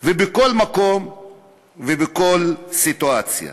ובכל מקום ובכל סיטואציה.